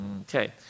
Okay